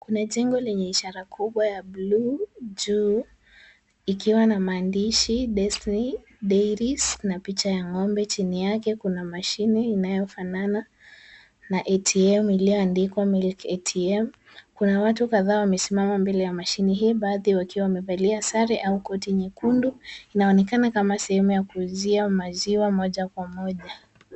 Kuna jengo lenye ishara kubwa ya bluu juu ikiwa na maandishi Destiny Dairies na picha ya ng'ombe. Chini yake kuna mashine inayofanana na ATM iliyoandikwa milk ATM , kuna watu kadha wamesimama mbele ya mashine hii, baadhi wakiwa wamevalia sare au koti nyekundu, inaonekana kama sehemu ya kuuzia maziwa moja kwa moja.